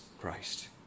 Christ